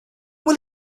will